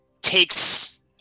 takes